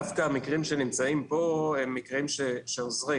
דווקא המקרים שנמצאים פה הם מקרים שעוזרים,